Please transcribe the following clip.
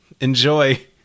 Enjoy